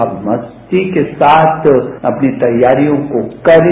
आप मस्ती के साथ अपनी तैयारियों को करें